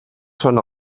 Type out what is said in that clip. són